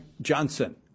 Johnson